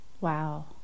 Wow